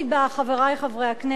חברי חברי הכנסת,